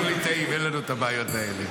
אנחנו ליטאים, אין לנו את הבעיות האלה.